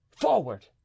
forward